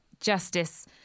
justice